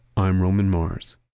i'm roman mars